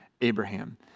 Abraham